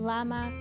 Lama